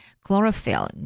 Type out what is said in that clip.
chlorophyll